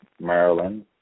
Maryland